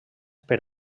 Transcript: per